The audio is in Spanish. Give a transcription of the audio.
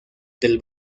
del